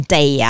Day